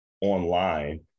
online